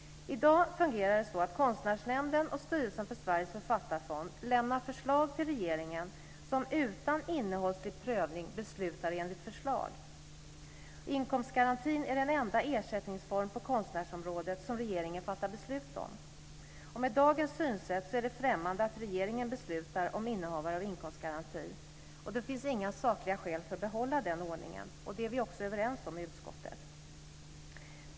I dag fungerar det så att Konstnärsnämnden och styrelsen för Sveriges författarfond lämnar förslag till regeringen, som utan innehållslig prövning beslutar enligt förslag. Inkomstgarantin är den enda ersättningsform på konstnärsområdet som regeringen fattar beslut om. Med dagens synsätt är det främmande att regeringen beslutar om innehavare av inkomstgaranti. Och det finns inga sakliga skäl för att behålla den ordningen. Det är vi också överens om i utskottet.